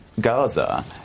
Gaza